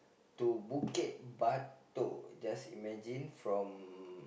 to Bukit-Batok just imagine from